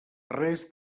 res